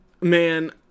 man